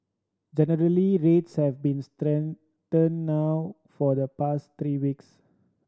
generally rates have been stagnant now for the past three weeks